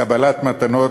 קבלת מתנות,